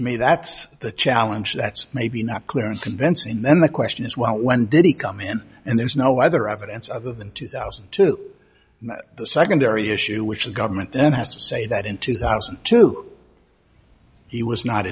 to me that's the challenge that's maybe not clear and convincing then the question is what when did he come in and there's no other evidence other than two thousand to me the secondary issue which the government then has to say that in two thousand and two he was not